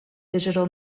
digital